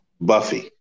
Buffy